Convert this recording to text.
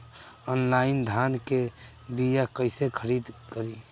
Online धान के बीया कइसे खरीद करी?